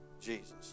Jesus